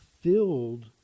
filled